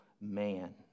man